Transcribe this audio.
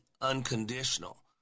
unconditional